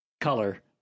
Color